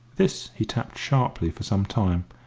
this he tapped sharply for some time,